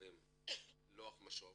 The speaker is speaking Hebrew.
המרחבים לוח משוב